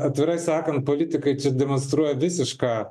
atvirai sakan politikai čia demonstruoja visišką